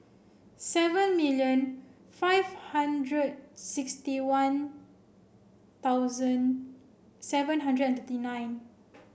seven million five hundred sixty one thousand seven hundred and thirty nine